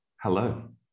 Hello